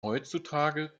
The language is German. heutzutage